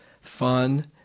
fun